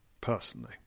personally